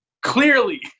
clearly